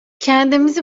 kendimizi